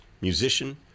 musician